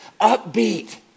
upbeat